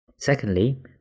Secondly